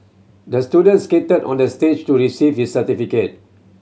the student skated onto the stage to receive his certificate